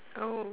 oh